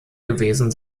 gewesen